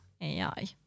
AI